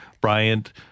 Bryant